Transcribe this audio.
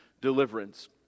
deliverance